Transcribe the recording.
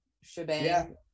shebang